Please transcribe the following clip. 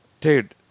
Dude